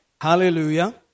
Hallelujah